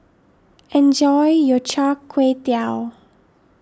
enjoy your Char Kway Teow